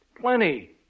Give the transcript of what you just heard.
Plenty